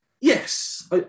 Yes